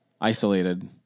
isolated